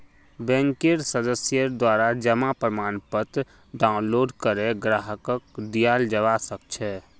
बैंकेर सदस्येर द्वारा जमा प्रमाणपत्र डाउनलोड करे ग्राहकक दियाल जबा सक छह